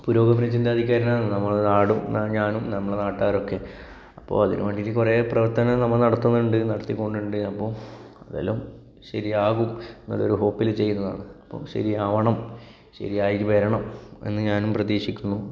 പുരോഗമന ചിന്താഗതിക്കാരനാണ് നമ്മളുടെ നാടും ഞാനും നമ്മളുടെ നാട്ടുകാരും ഒക്കെ അപ്പോൾ അതിന് വേണ്ടിയിട്ട് കുറെ പ്രവർത്തനങ്ങൾ നമ്മള് നടത്തുന്നുണ്ട് നടത്തി പോകുന്നുണ്ട് അപ്പം അതെല്ലാം ശരിയാകും എന്നുള്ള ഒരു ഹോപ്പില് ചെയ്യുന്നതാണ് അപ്പം ശരിയാവണം ശെരിയായി വരണം എന്ന് ഞാനും പ്രതീക്ഷിക്കുന്നു